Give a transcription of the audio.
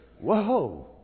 Whoa